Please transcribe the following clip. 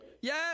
Yes